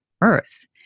earth